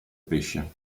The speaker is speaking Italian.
pesce